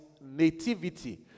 nativity